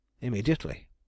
Immediately